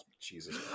Jesus